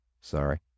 Sorry